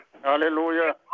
Hallelujah